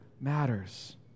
matters